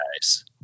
guys